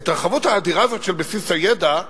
ההתרחבות האדירה הזאת של בסיס הידע,